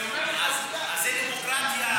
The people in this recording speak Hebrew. אז זו דמוקרטיה,